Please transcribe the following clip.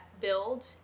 build